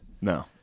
No